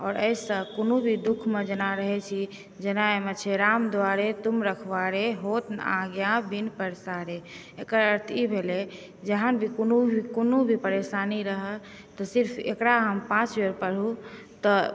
आओर एहिसँ कोनो भी दुःखमे जेना रहै छी जेना एहिमे छै राम दुआरे तुम रखवारे होत न आज्ञा बिनु पैसारे एकर अर्थ ई भेलै जहाँ भी को भी परेशानी रहय तऽ सिर्फ एकरा हम पाँच बेर पढ़ु तऽ